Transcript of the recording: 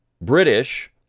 British